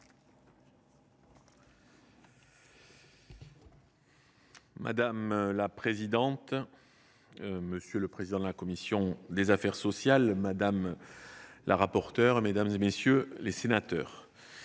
Madame la présidente, monsieur le président de la commission des affaires sociales, madame la rapporteure, mesdames, messieurs les sénateurs,